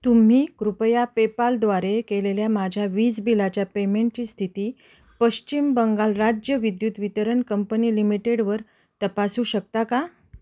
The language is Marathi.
तुम्ही कृपया पेपालद्वारे केलेल्या माझ्या वीज बिलाच्या पेमेंटची स्थिती पश्चिम बंगाल राज्य विद्युत वितरण कंपनी लिमिटेडवर तपासू शकता का